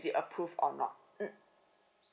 approve or not mm